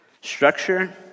Structure